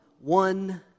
one